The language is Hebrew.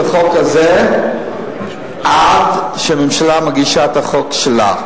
החוק הזה עד שהממשלה מגישה את החוק שלה,